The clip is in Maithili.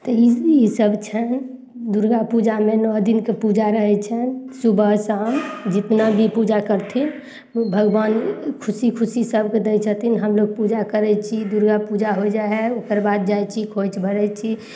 तऽ ई ई सभ छै दुर्गापूजामे नओ दिनके पूजा रहय छै सुबह शाम जितना भी पूजा करथिन उ भगवान खुशी खुशी सभके दै छथिन हमलोग पूजा करय छी दुर्गापूजा हो जाइ हइ ओकर बाद जाइ छी खोंइछ भरय छी